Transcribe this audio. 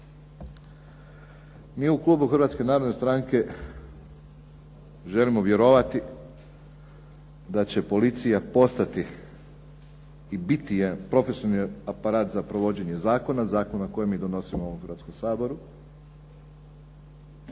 Mi u klubu Hrvatske narodne stranke želimo vjerovati da će policija postati i biti jedan profesionalni aparat za provođenje zakona, zakona koje mi donosimo u ovom Hrvatskom saboru.